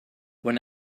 when